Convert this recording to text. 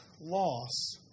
loss